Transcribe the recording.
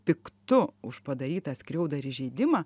piktu už padarytą skriaudą ir įžeidimą